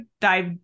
dive